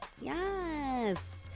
Yes